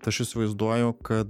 aš įsivaizduoju kad